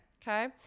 Okay